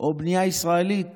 או בנייה ישראלית